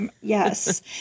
Yes